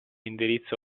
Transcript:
indirizzo